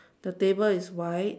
the table is white